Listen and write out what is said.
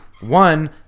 one